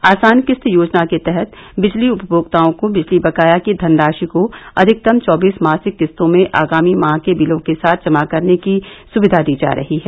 आसान किस्त योजना के तहत विजली उपमोक्ताओं को विजली बकाया की धनराशि को अधिकतम चौदीस मासिक किस्तों में आगामी माह के दिलों के साथ जना करने की सुविधा दी जा रही है